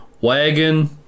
wagon